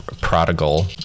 Prodigal